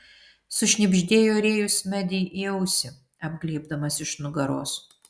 sušnibždėjo rėjus medei į ausį apglėbdamas iš nugaros